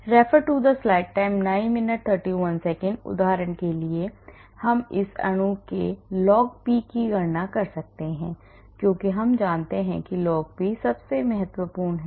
Refer Slide Time 0931 उदाहरण के लिए हम इस अणु के लॉग पी की गणना कर सकते हैं क्योंकि हम जानते हैं कि लॉग पी सबसे महत्वपूर्ण है